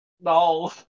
no